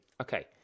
Okay